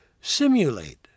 simulate